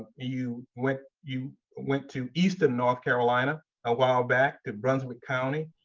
you went you went to eastern north carolina a while back, to brunswick county.